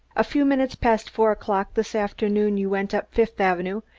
a few minutes past four o'clock this afternoon you went up fifth avenue,